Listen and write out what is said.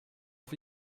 auf